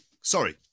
sorry